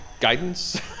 Guidance